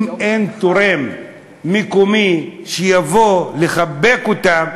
אם אין תורם מקומי שיבוא לחבק אותם,